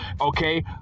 okay